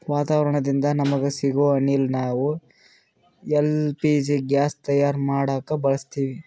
ವಾತಾವರಣದಿಂದ ನಮಗ ಸಿಗೊ ಅನಿಲ ನಾವ್ ಎಲ್ ಪಿ ಜಿ ಗ್ಯಾಸ್ ತಯಾರ್ ಮಾಡಕ್ ಬಳಸತ್ತೀವಿ